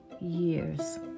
years